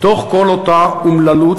בתוך כל אותה אומללות,